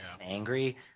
angry